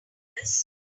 this